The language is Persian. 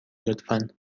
لطفا